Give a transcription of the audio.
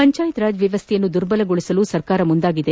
ಪಂಜಾಯತ್ರಾಜ್ ವ್ಯವಸ್ಥೆಯನ್ನು ದುರ್ಬಲಗೊಳಿಸಲು ಸರ್ಕಾರ ಮುಂದಾಗಿದೆ